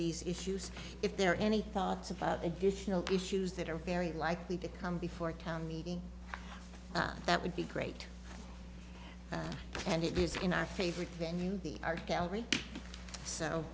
these issues if there are any thoughts about additional issues that are very likely to come before town meeting that would be great and it is in our favorite venue the art gallery so